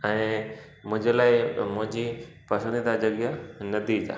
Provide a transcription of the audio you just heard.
ऐं मुंहिंजे लाइ मुंहिंजी पसंदीदा जॻह नदी ज आहे